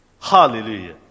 Hallelujah